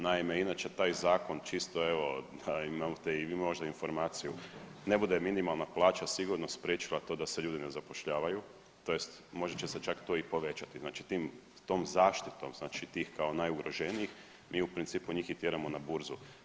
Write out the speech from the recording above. Naime, inače taj zakon, čisto evo, imate i vi možda informaciju, ne bude minimalna plaća sigurno spriječila to da se ljudi ne zapošljavaju, tj. možda će se čak to i povećati, znači tim, tom zaštitom znači tih kao najugroženijih mi u principu njih i tjeramo na Burzu.